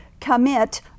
commit